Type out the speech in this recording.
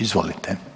Izvolite.